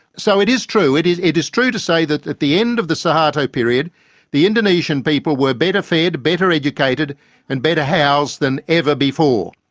so it is true, it is it is true to say that at the end of the suharto period the indonesian people were better fed, better educated and better housed than ever before.